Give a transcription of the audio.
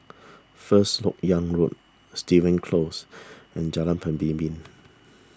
First Lok Yang Road Stevens Close and Jalan Pemimpin